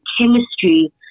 chemistry